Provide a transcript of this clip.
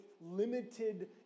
limited